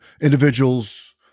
individuals